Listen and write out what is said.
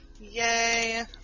Yay